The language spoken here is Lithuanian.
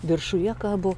viršuje kabo